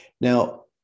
Now